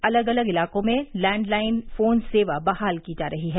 अलग अलग इलाकों में लैंडलाइन फोन सेवा बहाल की जा रही है